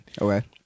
Okay